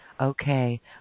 okay